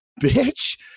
bitch